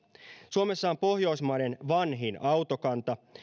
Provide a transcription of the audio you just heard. suomessa on pohjoismaiden vanhin autokanta